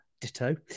ditto